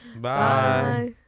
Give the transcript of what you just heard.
Bye